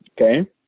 okay